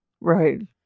Right